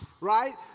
Right